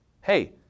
hey